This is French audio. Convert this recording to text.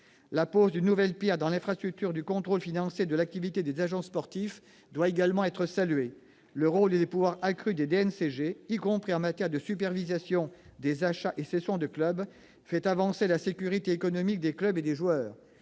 La pose d'une nouvelle pierre dans l'infrastructure du contrôle financier de l'activité des agents sportifs doit également être saluée. Le rôle et les pouvoirs accrus des DNCG, y compris en matière de supervision des achats et cessions de clubs, font avancer la sécurité économique des clubs et des joueurs